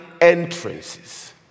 entrances